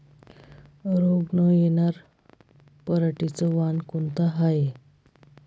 रोग न येनार पराटीचं वान कोनतं हाये?